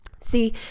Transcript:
See